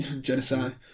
Genocide